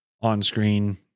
on-screen